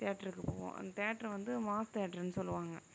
தியேட்டருக்கு போவோம் அந்த தியேட்ரு வந்து மாஸ் தியேட்டர்னு சொல்லுவாங்க